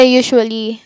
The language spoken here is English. usually